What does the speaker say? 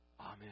Amen